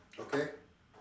okay